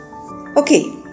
Okay